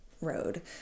road